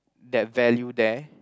that value there